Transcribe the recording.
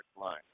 line